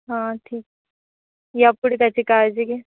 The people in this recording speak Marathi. हां ठीक यापुढे त्याची काळजी घ्या